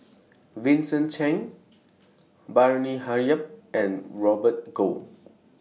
Vincent Cheng Bani Haykal and Robert Goh